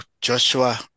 Joshua